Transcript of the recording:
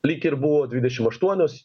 lyg ir buvo dvidešimt aštuonios